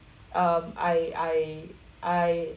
um I I I